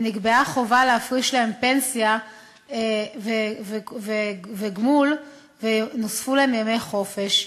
נקבעה חובה להפריש להם לפנסיה וגמל ונוספו להם ימי חופשה.